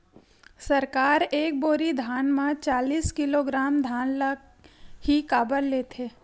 सरकार एक बोरी धान म चालीस किलोग्राम धान ल ही काबर लेथे?